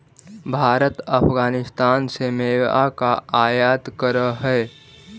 भारत अफगानिस्तान से मेवा का आयात करअ हई